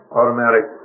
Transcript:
automatic